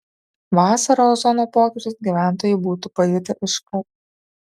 vasarą ozono pokyčius gyventojai būtų pajutę iškart